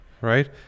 right